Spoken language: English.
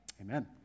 Amen